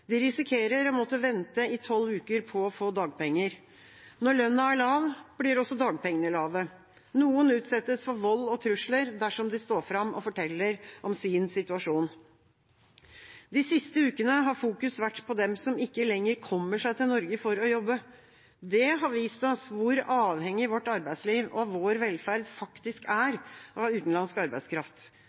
De risikerer å måtte vente i tolv uker på å få dagpenger. Når lønna er lav, blir også dagpengene lave. Noen utsettes for vold og trusler dersom de står fram og forteller om sin situasjon. De siste ukene har fokus vært på dem som ikke lenger kommer seg til Norge for å jobbe. Det har vist oss hvor avhengig vårt arbeidsliv og vår velferd faktisk er av utenlandsk arbeidskraft.